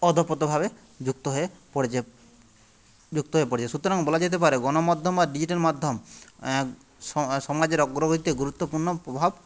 ওতপ্রোতভাবে যুক্ত হয়ে পড়েছে যুক্ত হয়ে পড়েছে সুতরাং বলা যেতে পারে গণমাধ্যম বা ডিজিটাল মাধ্যম সমাজের অগ্রগতিতে গুরুত্বপূর্ণ প্রভাব